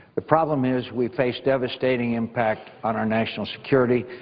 the problem is we face devastating impact on our national security.